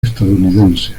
estadounidense